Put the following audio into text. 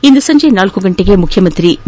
ಇಂದು ಸಂಜೆ ಳ ಗಂಟೆಗೆ ಮುಖ್ಯಮಂತ್ರಿ ಬಿ